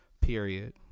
Period